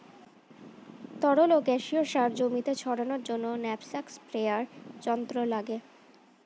তরল ও গ্যাসীয় সার জমিতে ছড়ানোর জন্য ন্যাপস্যাক স্প্রেয়ার যন্ত্র লাগে